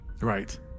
Right